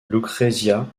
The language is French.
lucrezia